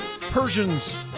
Persians